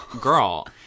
Girl